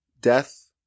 death